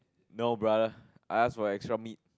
no brother I as well extra meat